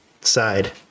side